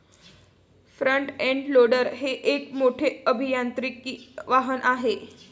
front end loader हे एक मोठे अभियांत्रिकी वाहन आहे